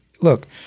look